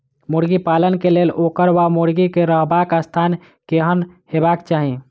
मुर्गी पालन केँ लेल ओकर वा मुर्गी केँ रहबाक स्थान केहन हेबाक चाहि?